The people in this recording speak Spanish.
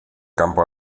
campo